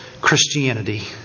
Christianity